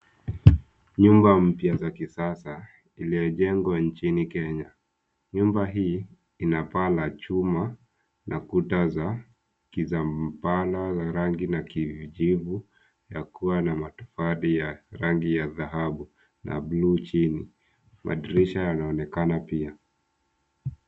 Nyumba mpya za kisasa iliyojengwa nchini Kenya. Nyumba hii ina paa la chuma na kuta za kizabala rangi na kijivu ya kuwa matofali ya rangi ya dhahabu na bluu chini. Madirisha yanaonekana pia.